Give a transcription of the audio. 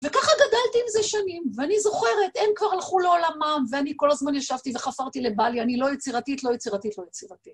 וככה גדלתי עם זה שנים, ואני זוכרת, הם כבר הלכו לעולמם ואני כל הזמן ישבתי וחפרתי לבעלי, אני לא יצירתית, לא יצירתית, לא יצירתית.